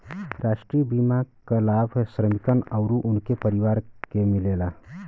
राष्ट्रीय बीमा क लाभ श्रमिकन आउर उनके परिवार के मिलेला